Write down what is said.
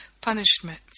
punishment